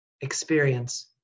experience